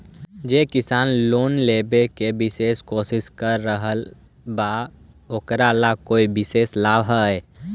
जे किसान लोन लेवे के कोशिश कर रहल बा ओकरा ला कोई विशेष लाभ हई?